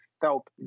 felt